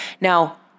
Now